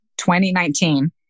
2019